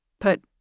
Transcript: put